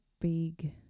big